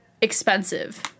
expensive